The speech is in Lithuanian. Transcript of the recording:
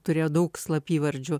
turėjo daug slapyvardžių